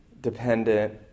dependent